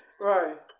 Right